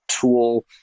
tool